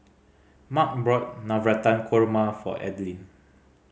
Mark bought Navratan Korma for Adaline